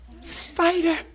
spider